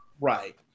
Right